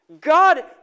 God